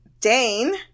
dane